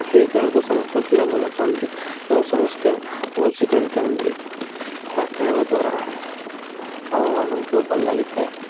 ଏହି ଖେଳକୁ ସମସ୍ତ ପିଲା ଭଲ ପାଆନ୍ତି ଏବଂ ସମସ୍ତେ ଭଲ୍ସେ ଖେଳିଥାନ୍ତି ଏହା ଖେଳିବା ଦ୍ୱାରା ଆମମାନଙ୍କୁ ଭଲ ଲାଗିଥାଏ